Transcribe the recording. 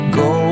go